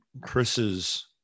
Chris's